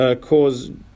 cause